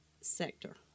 sector